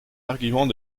arguments